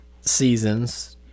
seasons